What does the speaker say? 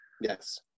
Yes